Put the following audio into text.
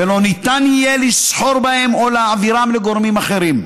ולא ניתן יהיה לסחור בהם או להעבירם לגורמים אחרים.